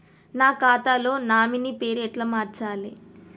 నా ఖాతా లో నామినీ పేరు ఎట్ల మార్చాలే?